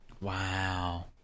Wow